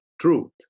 truth